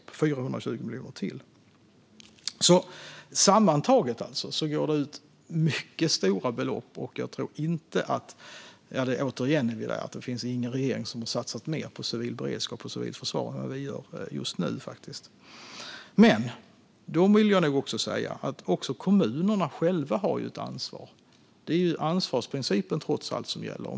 Det är alltså 420 miljoner till. Sammantaget går det alltså ut mycket stora belopp, och jag tror inte att det finns någon regering som har satsat mer på civil beredskap och civilt försvar än vad vi gör just nu. Men jag vill nog också säga att också kommunerna själva har ett ansvar. Det är trots allt ansvarsprincipen som gäller.